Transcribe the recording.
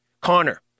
Connor